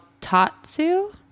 Tatsu